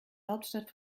hauptstadt